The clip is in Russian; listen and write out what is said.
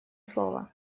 слова